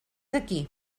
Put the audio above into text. aquí